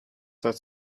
that